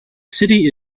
city